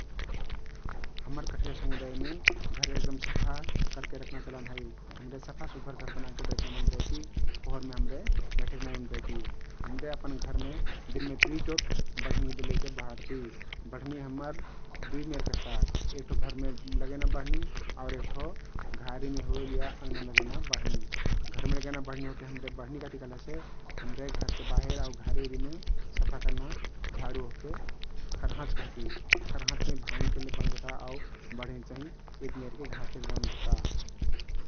हम्मर कठरिया समुदायमे घर एकदम सफा करके रख्ना चलन हइ । हम्रे सफ सुग्घर बनाके बैठना मन परैती । फोहोरमे हम्रे बैठेक नाई मन परैती । हम्रे अपन घरमे दिनमे दुई चोट बढ्नी लैके बहड्ती । बढ्नी हम्मर दुई मेरके रहता । एक ठो घरमे लगैना बढ्नी, आउर एक ठो घारीमे होइल या आँग्नामे लगैना बढ्नी । घरमे लगैना बढ्नी ओहके हम्रे बढ्नी कहती कहलेसे हम्रे घरती बाहिर आउ घरीउरीमे सफा कर्ना झाडु ओहके खरहाँच कहती । खरहाँच चाहिं भाँगले बनल रहता आउ बढ्नी चाहिं एक मेरके घाँस लैके बनल रहता ।